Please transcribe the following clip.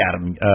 Adam